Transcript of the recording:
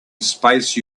space